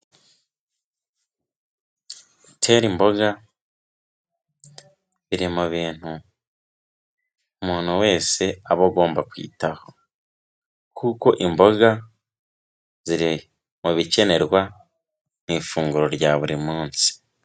Gutera imboga biri mu bintu umuntu wese aba agomba kwitaho, kuko imboga ziri mu bikenerwa mu ifunguro rya buri munsi.